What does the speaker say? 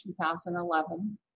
2011